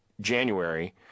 January